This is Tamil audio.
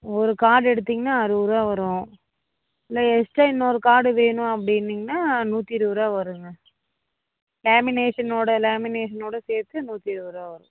ஒரு கார்டு எடுத்திங்கன்னால் அறுவது ரூவா வரும் இல்லை எக்ஸ்ட்ரா இன்னும் ஒரு கார்டு வேணும் அப்படினிங்கன்னா நூற்றி இருபது ரூவா வருங்க லேமினேஷனோடு லேமினேஷனோடு சேர்த்து நூற்றி இருபது ரூவா வரும்